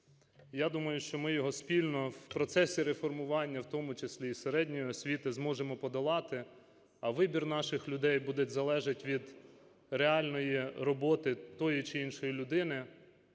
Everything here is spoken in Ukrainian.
Я думаю, що ми його спільно в процесі реформування, в тому числі і середньої освіти, зможемо подолати, а вибір наших людей буде залежати від реальної роботи тієї чи іншої людини,